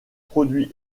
produit